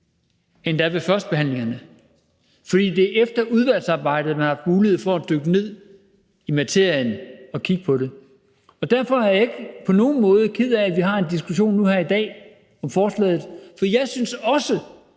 er ved førstebehandlingerne, fordi det er efter udvalgsarbejdet, man har haft mulighed for at dykke ned i materien og kigge på det. Derfor er jeg ikke på nogen måde ked af, at vi har en diskussion nu her i dag om forslaget, for jeg synes også,